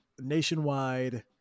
nationwide